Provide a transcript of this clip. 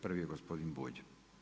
Prvi je gospodin Bulj.